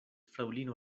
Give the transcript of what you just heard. fraŭlino